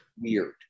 weird